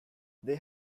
they